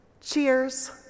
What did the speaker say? Cheers